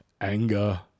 anger